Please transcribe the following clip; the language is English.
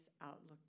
outlook